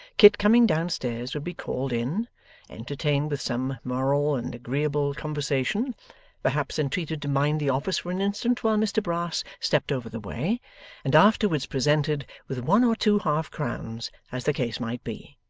kit coming down-stairs would be called in entertained with some moral and agreeable conversation perhaps entreated to mind the office for an instant while mr brass stepped over the way and afterwards presented with one or two half-crowns as the case might be.